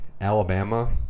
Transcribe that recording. Alabama